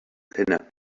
dhuine